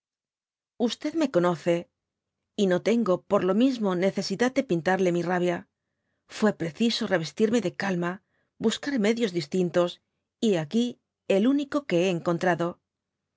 me conoce y no tengo por lo mismo nc csidad de pintarle mi rabia fué preciso revestirse de calma buscar medios distintos y hé aquí el único que hé encontrado